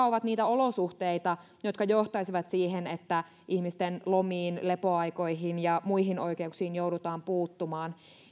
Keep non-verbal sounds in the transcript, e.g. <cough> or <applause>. <unintelligible> ovat niitä olosuhteita jotka johtaisivat siihen että ihmisten lomiin lepoaikoihin ja muihin oikeuksiin joudutaan puuttumaan